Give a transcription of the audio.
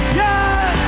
yes